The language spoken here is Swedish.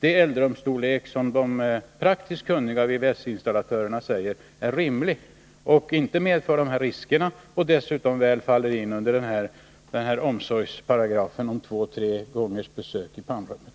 Det är den eldrumsstorlek som de praktiskt kunniga VVS-installatörerna säger är rimlig, som inte medför de här riskerna och som dessutom faller väl in under omsorgsparagrafen om två å tre gångers besök i pannrummet.